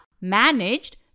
managed